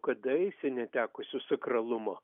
kadaise netekusių sakralumo